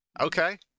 Okay